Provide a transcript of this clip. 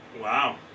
Wow